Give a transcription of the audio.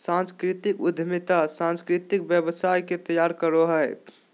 सांस्कृतिक उद्यमिता सांस्कृतिक व्यवसाय के तैयार करो हय